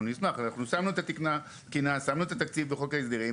אנחנו שמנו את התקציב והתקינה בחוק ההסדרים,